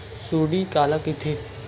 सुंडी काला कइथे?